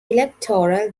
electoral